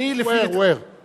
הוא ער, הוא ער.